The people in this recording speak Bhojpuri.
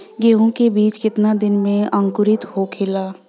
गेहूँ के बिज कितना दिन में अंकुरित होखेला?